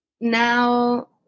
now